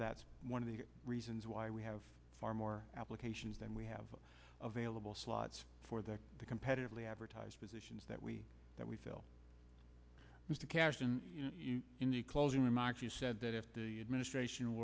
that's one of the reasons why we have far more applications than we have available slots for the competitively advertised positions that we that we feel mr cashman in the closing remarks you said that if the ministration